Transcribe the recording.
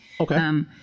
okay